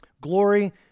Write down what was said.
Glory